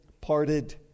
parted